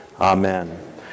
Amen